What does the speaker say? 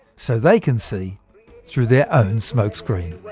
so they can see through their own smoke screen